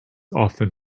often